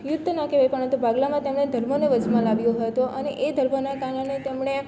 યુદ્ધ ન કહેવાય પરંતુ ભાગલામાં તેમણે ધર્મને વચમાં લાવ્યો હતો અને એ ધર્મના કારણે તેમને